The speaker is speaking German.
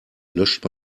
löscht